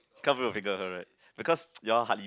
can't even figure her right because you all hardly